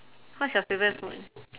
what's your favourite food